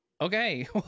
okay